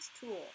tool